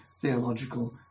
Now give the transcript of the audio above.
theological